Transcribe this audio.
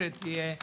תודה רבה.